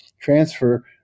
transfer